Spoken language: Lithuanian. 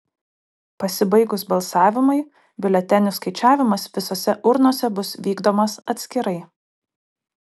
pasibaigus balsavimui biuletenių skaičiavimas visose urnose bus vykdomas atskirai